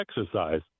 exercise